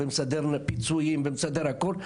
ומסדר להם פיצויים והכל,